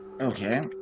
Okay